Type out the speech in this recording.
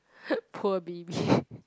poor B B